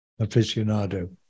aficionado